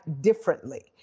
differently